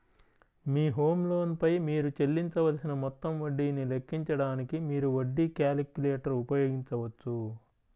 మీ home loan పై మీరు చెల్లించవలసిన మొత్తం వడ్డీని లెక్కించడానికి, మీరు వడ్డీ క్యాలిక్యులేటర్ ఉపయోగించవచ్చు